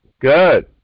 Good